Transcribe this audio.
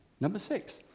number six.